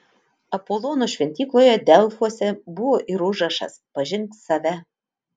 apolono šventykloje delfuose buvo ir užrašas pažink save